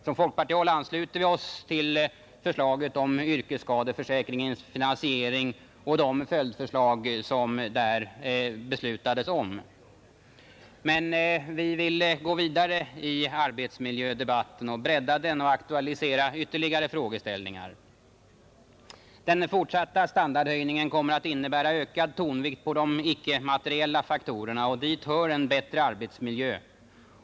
Från folkpartihåll ansluter vi oss till förslaget om yrkesskadeförsäkringens finansiering och de följdförslag som det där har beslutats om. Men vi vill gå vidare i arbetsmiljödebatten, bredda den och aktualisera ytterligare frågeställningar. Den fortsatta standardhöjningen kommer att innebära en starkare tonvikt på de icke-materiella faktorerna, och dit hör en bättre arbetsmiljö.